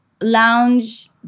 lounge